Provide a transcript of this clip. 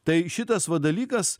tai šitas va dalykas